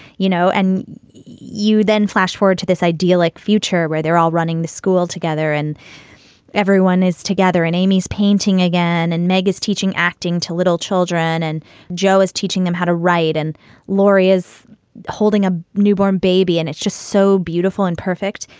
you know, and you then flash forward to this idea like future where they're all running the school together and everyone is together in amy's painting again. and meg is teaching acting to little children and joe is teaching them how to write. and laurie is holding a newborn baby. and it's just so beautiful and perfect.